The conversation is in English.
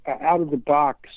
out-of-the-box